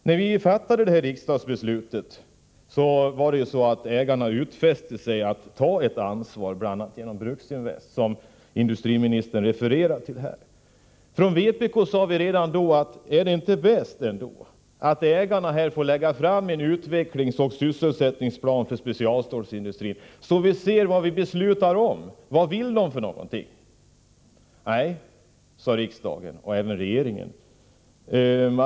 När vi fattade detta riksdagsbeslut utfäste sig ägarna att ta ett ansvar, bl.a. genom Bruksinvest, som industriministern refererat till. Vi från vpk sade redan då: Är det ändå inte bäst att ägarna får lägga fram en utvecklingsoch sysselsättningsplan för specialstålsindustrin, så att vi ser vad vi beslutar om — vad vill de för någonting? Nej, sade riksdagen, och även regeringen.